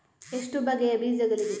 ಎಷ್ಟು ಬಗೆಯ ಬೀಜಗಳಿವೆ?